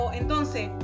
entonces